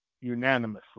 unanimously